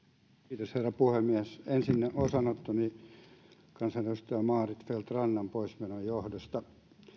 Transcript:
arvoisa rouva puhemies ensin osanottoni kansanedustaja maarit feldt rannan poismenon johdosta